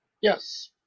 yes